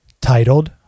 titled